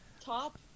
Top